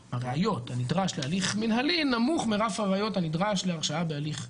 הנדרש להליך מנהלי נמוך מרף הראיות הנדרש להרשאה בהליך פלילי.